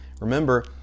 Remember